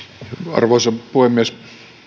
arvoisa puhemies